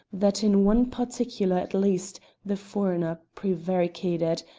that in one particular at least the foreigner prevaricated,